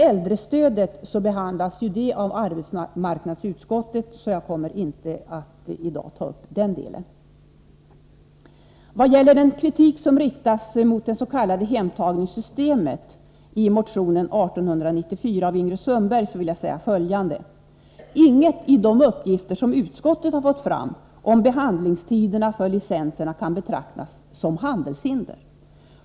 Äldrestödet behandlas ju av arbetsmarknadsutskottet, varför jag inte kommer att beröra den delen i dag. När det gäller den kritik som riktas mot det s.k. hemtagningssystemet i motion 1894 av Ingrid Sundberg vill jag säga följande. Inget i de uppgifter som utskottet har fått fram om behandlingstiderna för licenserna kan betraktas som handelshinder.